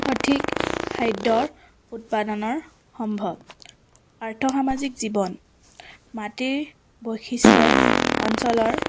সঠিক খাদ্যৰ উৎপাদনৰ সম্ভৱ আৰ্থসামাজিক জীৱন মাটিৰ বৈশিষ্ট্যই অঞ্চলৰ